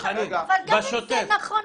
אבל גם אם זה נכון,